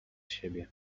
siebie